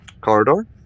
corridor